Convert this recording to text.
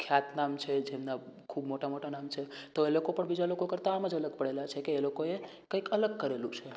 ખ્યાતનામ છે જેમના ખૂબ મોટાં મોટાં નામો છે તો એ લોકો પણ બીજાં લોકો કરતાં આમ જ અલગ પડેલાં છે કે એ લોકોએ કંઇક અલગ કરેલું છે